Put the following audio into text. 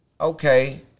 Okay